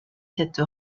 cette